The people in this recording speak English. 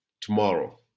tomorrow